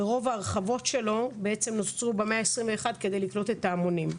ורוב ההרחבות שלו נוצרו במאה ה-21 כדי לקלוט את ההמונים.